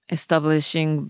Establishing